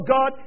God